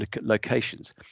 locations